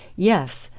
yes.